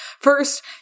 First